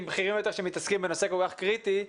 בכירים יותר שמתעסקים בנושא כל כך קריטי,